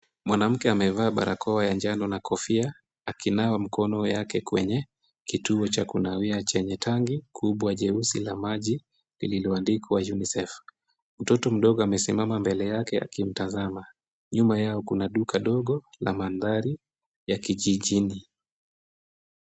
Mwanamke amevaa barakoa ya njano na kofia akinawa mikono yake kwenye kituo cha kunawia chenye tangi kubwa jeusi na maji, lililoandikwa UNICEF. Mtoto mdogo amesimama mbele yake akimtazama. Nyuma yao kuna duka ndogo la mandhari ya kijijini.